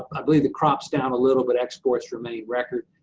i believe the crops down a little, but exports remain record.